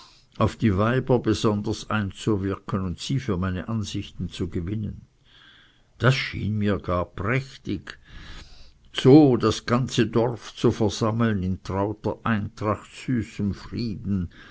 auf die weiber besonders einzuwirken und sie für meine ansichten zu gewinnen das schien mir gar prächtig so das ganze dorf zu versammeln in trauter eintracht süßem frieden